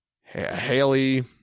Haley